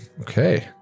okay